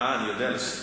אני יודע לשיר.